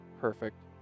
perfect